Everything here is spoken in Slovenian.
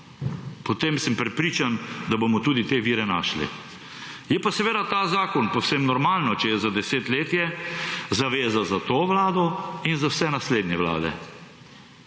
potem se prepričan, da bomo tudi te vire našli. Je pa seveda ta zakon - povsem normalno, če je za desetletje – zaveza za to vlado in za vse naslednje vlade.